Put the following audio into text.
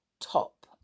top